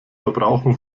verbrauchen